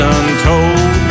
untold